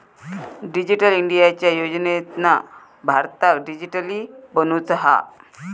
digital इंडियाच्या योजनेतना भारताक डीजिटली बनवुचा हा